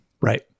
Right